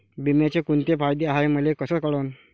बिम्याचे कुंते फायदे हाय मले कस कळन?